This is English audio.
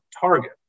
target